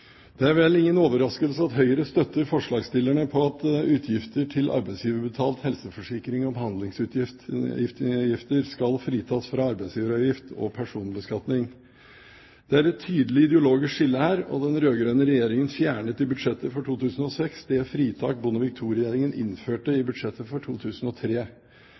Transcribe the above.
Det er vel ingen overraskelse at Høyre støtter forslagsstillerne i at utgifter til arbeidsgiverbetalt helseforsikring og behandlingsutgifter skal fritas for arbeidsgiveravgift og personbeskatning. Det er et tydelig ideologisk skille her, og den rød-grønne regjeringen fjernet i budsjettet for 2006 det fritak Bondevik II-regjeringen innførte i budsjettet for 2003.